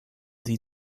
sie